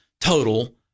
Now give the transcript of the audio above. total